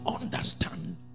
understand